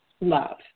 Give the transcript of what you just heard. love